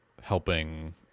helping